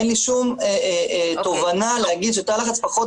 אין לי שום תובנה להגיד שתא לחץ פחות